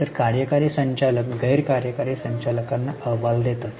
तर कार्यकारी संचालक गैर कार्यकारी संचालकांना अहवाल देतात